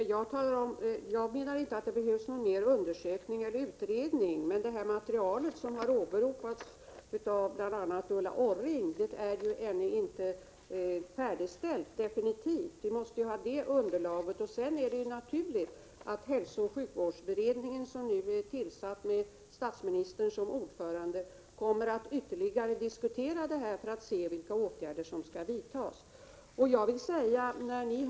Herr talman! Jag menar inte att det behövs någon mer undersökning eller utredning. Men det material som har åberopats av bl.a. Ulla Orring är ännu inte definitivt färdigställt. Vi måste ju ha det underlaget klart. Det är också naturligt att hälsooch sjukvårdsberedningen med statsministern som ordförande kommer att ytterligare diskutera detta, för att se vilka åtgärder Prot. 1987/88:79 som skall vidtas.